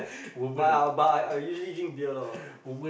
but I'll but I usually drink beer lor